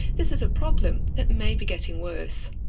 this is a problem that may be getting worse.